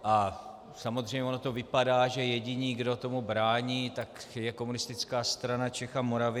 A samozřejmě ono to vypadá, že jediní, kdo tomu brání, tak je Komunistická strana Čech a Moravy.